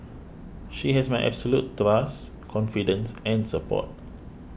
she has my absolute trust confidence and support